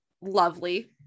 lovely